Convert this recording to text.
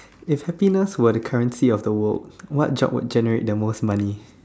if happiness were the currency of the world what job would generate the most money